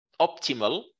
optimal